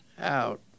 out